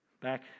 Back